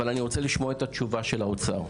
אבל אני רוצה לשמוע את התשובה של האוצר.